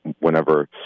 Whenever